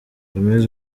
gomez